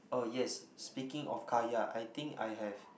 oh yes speaking of kaya I think I have